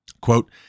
Quote